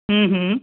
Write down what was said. ہوں ہوں